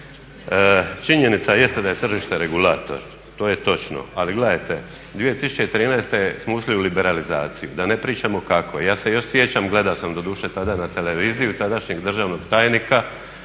činjenica jeste da je tržište regulator, to je točno. Ali gledajte 2013. smo ušli u liberalizaciju, da ne pričamo kako. Ja se još sjećam, gledao sam doduše tada na televiziji, tadašnjeg državnog tajnika